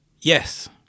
Yes